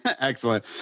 Excellent